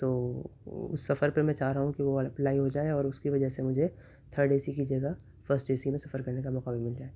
تو اس سفر پہ میں چاہ رہا ہوں کہ وہ اپلائی ہو جائے اور اس کی وجہ سے مجھے تھرڈ اے سی کی جگہ فسٹ اے سی میں سفر کرنے کا موقع مل جائے